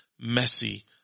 messy